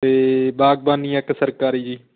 ਅਤੇ ਬਾਗਬਾਨੀ ਇੱਕ ਸਰਕਾਰੀ ਜੀ